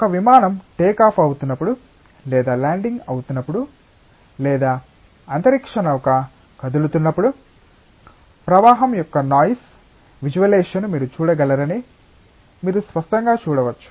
ఒక విమానం టేకాఫ్ అవుతున్నప్పుడు లేదా ల్యాండింగ్ అవుతున్నప్పుడు లేదా అంతరిక్ష నౌక కదులుతున్నప్పుడు ప్రవాహం యొక్క నాయిస్ విజువలైజేషన్ను మీరు చూడగలరని మీరు స్పష్టంగా చూడవచ్చు